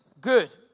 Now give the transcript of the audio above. good